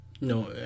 No